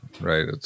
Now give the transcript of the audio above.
right